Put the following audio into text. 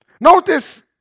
Notice